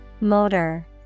Motor